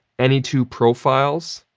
any two profiles,